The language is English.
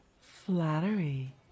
Flattery